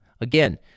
again